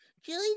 Julie